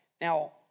Now